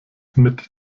mit